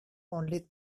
only